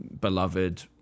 beloved